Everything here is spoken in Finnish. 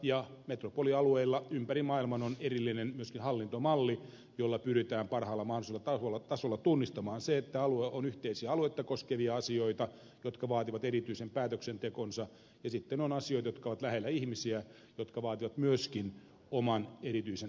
ja metropolialueilla ympäri maailman on erillinen hallintomalli jolla pyritään parhaalla mahdollisella tasolla tunnistamaan se että on yhteisiä aluetta koskevia asioita jotka vaativat erityisen päätöksentekonsa ja sitten on asioita jotka ovat lähellä ihmisiä jotka vaativat myöskin oman erityisen päätöksentekonsa